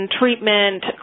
treatment